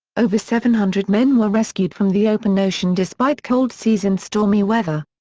over seven hundred men were rescued from the open ocean despite cold seas and stormy weather.